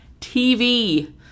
tv